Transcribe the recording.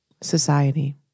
society